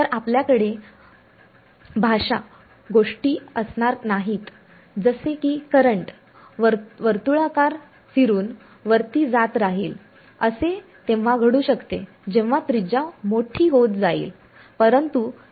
तर आपल्याकडे भाषा गोष्टी असणार नाहीत जसे की करंट वर्तुळाकार फिरून वरती जात राहील असे तेव्हा घडू शकते जेव्हा त्रिज्या मोठी होत जाईल